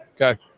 Okay